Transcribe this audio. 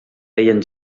deien